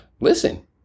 listen